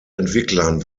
entwicklern